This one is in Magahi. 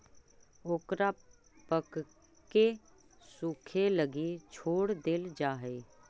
ओकरा पकके सूखे लगी छोड़ देल जा हइ